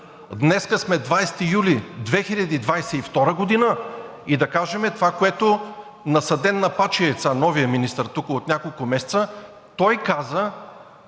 днес сме 20 юли 2022 г. и да кажем това, което, насаден на пачи яйца, новият министър тук от няколко месеца, той каза,